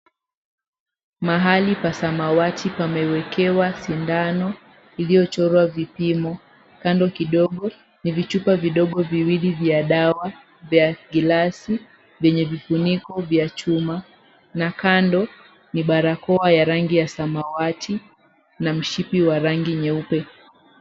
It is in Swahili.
Mahali pa samawati pamewekewa sindano iliyochorwa vipimo. Kando kidogo ni vichupa vidogo viwili vya dawa vya glasi vyenye vifuniko vya chuma na kando ni barakoa ya rangi ya samawati na mshipi wa rangi nyeupe.